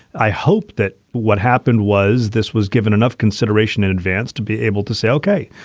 i hope that what happened was this was given enough consideration in advance to be able to say, ok,